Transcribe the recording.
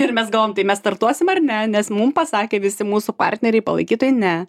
ir mes galvojom tai mes startuosim ar ne nes mum pasakė visi mūsų partneriai palaikytojai ne